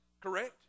correct